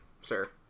sir